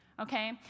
okay